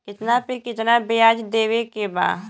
कितना पे कितना व्याज देवे के बा?